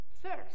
first